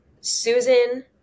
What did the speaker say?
Susan